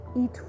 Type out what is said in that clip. eat